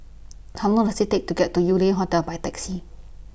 How Long Does IT Take to get to Yew Lian Hotel By Taxi